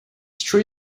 true